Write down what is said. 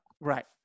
Right